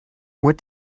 what